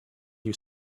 you